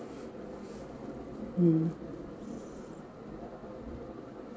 mm